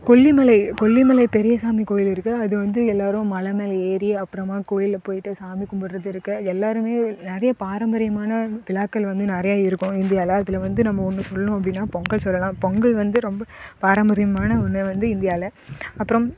கொல்லிமலை கொல்லிமலை பெரியசாமி கோவில் இருக்குது அது வந்து எல்லாரும் மலை மேலே ஏறி அப்புறமா கோயிலில் போயிட்டு சாமி கும்பிட்றது இருக்குது எல்லாரும் நிறைய பாரம்பரியமான விழாக்கள் வந்து நிறையா இருக்கும் இந்தியாவில் அதில் வந்து நம்ம ஒன்று சொல்லணும் அப்படினா பொங்கல் சொல்லலாம் பொங்கல் வந்து ரொம்ப பாரம்பரியமான ஒன்று வந்து இந்தியாவில்